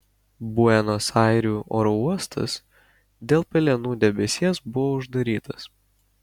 buenos airių oro uostas dėl pelenų debesies buvo uždarytas